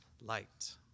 light